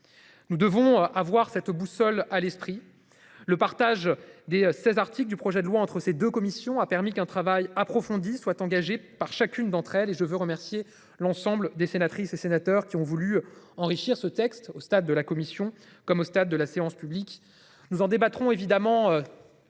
Nous devons avoir cette boussole à l'esprit le partage des 16 articles du projet de loi entre ces 2 commissions a permis qu'un travail approfondi soit engagée par chacune d'entre elles et je veux remercier l'ensemble des sénatrices et sénateurs qui ont voulu enrichir ce texte au stade de la Commission comme au stade de la séance publique nous en débattrons évidemment.